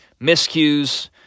miscues